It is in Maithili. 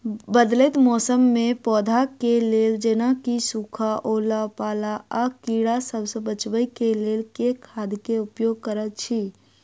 बदलैत मौसम मे पौधा केँ लेल जेना की सुखा, ओला पाला, आ कीड़ा सबसँ बचबई केँ लेल केँ खाद केँ उपयोग करऽ छी?